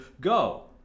go